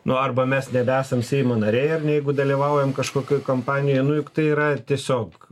nu arba mes nebesam seimo nariai ar ne jeigu dalyvaujam kažkokioj kampanijoj nu juk tai yra tiesiog